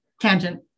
tangent